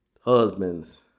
husbands